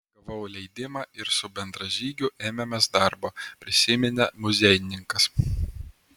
gavau leidimą ir su bendražygiu ėmėmės darbo prisiminė muziejininkas